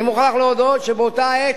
אני מוכרח להודות שבאותה עת,